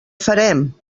farem